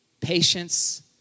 patience